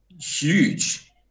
huge